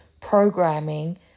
programming